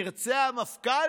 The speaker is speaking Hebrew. ירצה המפכ"ל,